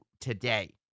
today